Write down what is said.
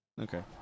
Okay